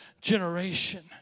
generation